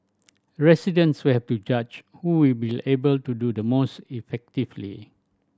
residents will have to judge who will be able to do the most effectively